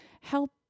help